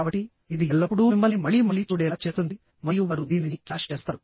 కాబట్టి ఇది ఎల్లప్పుడూ మిమ్మల్ని మళ్లీ మళ్లీ చూడేలా చేస్తుంది మరియు వారు దీనిని క్యాష్ చేస్తారు